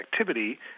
activity